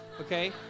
okay